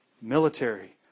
Military